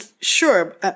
sure